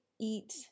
eat